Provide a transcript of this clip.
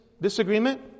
disagreement